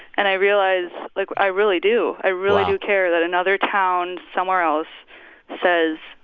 and i realized, like, i really do. i really do care that another town somewhere else says,